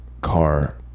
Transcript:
car